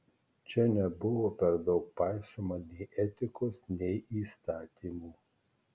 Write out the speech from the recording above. čia nebuvo per daug paisoma nei etikos nei įstatymų